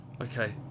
Okay